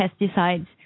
pesticides